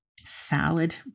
salad